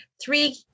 three